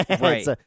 right